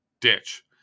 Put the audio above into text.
ditch